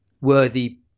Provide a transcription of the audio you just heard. worthy